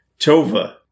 Tova